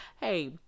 Hey